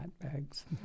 bags